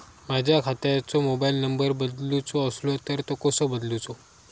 माझ्या खात्याचो mobile number बदलुचो असलो तर तो कसो करूचो?